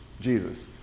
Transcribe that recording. Jesus